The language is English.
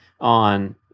on